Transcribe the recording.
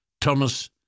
Thomas